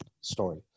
story